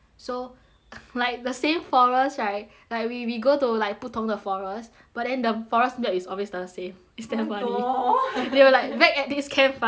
like the same forest right like we we go to like 不同的 forest but then the forest milk is always the same it's damn funny oh my god then they were like back at this campfire again